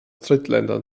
drittländern